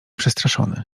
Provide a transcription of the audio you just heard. przestraszony